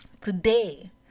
Today